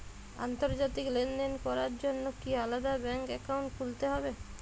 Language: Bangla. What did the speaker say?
আন্তর্জাতিক লেনদেন করার জন্য কি আলাদা ব্যাংক অ্যাকাউন্ট খুলতে হবে?